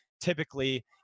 typically